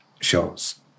shows